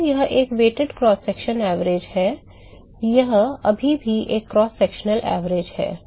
तो यह एक weighted क्रॉस सेक्शनल औसत है यह अभी भी एक क्रॉस सेक्शनल औसत है